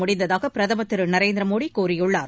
முடிந்ததாக பிரதம் திரு நரேந்திர மோடி கூறியுள்ளார்